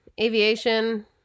aviation